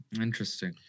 Interesting